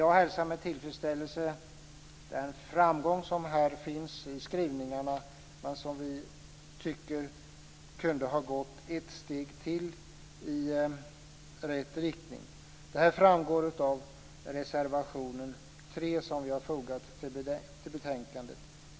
Jag hälsar med tillfredsställelse den framgång som här finns i skrivningarna men som vi tycker kunde ha gått ett steg till i rätt riktning. Detta framgår av reservation 3, som vi har fogat till betänkandet.